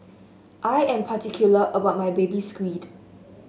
I am particular about my Baby Squid